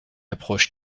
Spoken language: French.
approche